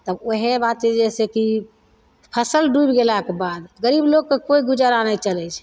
तब ओहे बात छै जैसे कि फसल डूबि गेलाक बाद गरीब लोगके कोइ गुजारा नहि चलय छै